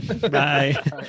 Bye